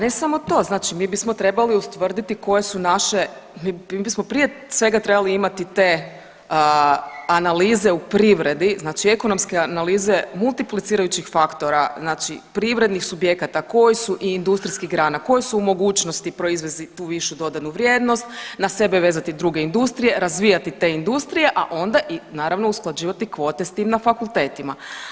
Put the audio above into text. Pa ne samo to, znači mi bismo trebali ustvrditi koje su naše, mi bismo prije svega trebali imati te analize u privredi, znači ekonomske analize multiplicirajućih faktora, znači privrednih subjekata koji su i industrijskih grana, koji su u mogućnosti proizvesti tu višu dodanu vrijednost, na sebe vezati druge industrije, razvijati te industrije, a onda i naravno usklađivati kvote s tim na fakultetima.